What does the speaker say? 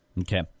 Okay